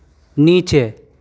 नीचे